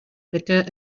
bitter